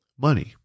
money